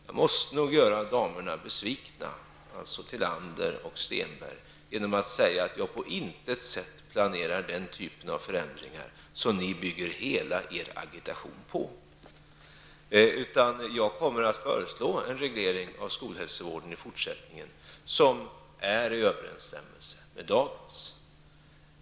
Jag måste nog göra damerna Tillander och Stenberg besvikna genom att säga att jag på intet sätt planerar den typ av förändringar som ni bygger hela er agitation på. Jag kommer att föreslå en reglering av skolhälsovården i fortsättningen, som är i överenstämmelse med dagens.